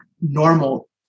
normal